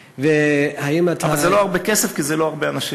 אבל זה לא הרבה כסף, כי זה לא הרבה אנשים.